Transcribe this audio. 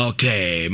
Okay